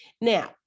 Now